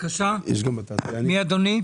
בשלוש השנים האחרונות חלו תמורות מאוד משמעותיות.